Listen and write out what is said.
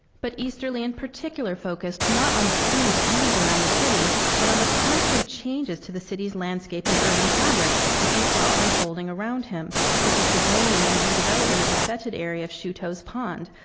but easterly in particular focused not on scenic views around the city but on the constant changes to the city's landscape and urban fabric that he saw unfolding around him, such as the draining and redevelopment of the fetid area of chouteau's pond,